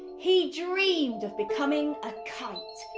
he dreamed of becoming a kite.